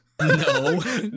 No